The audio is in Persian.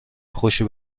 خوشی